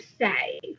say